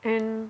and